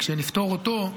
וכשנפתור אותו,